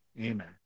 Amen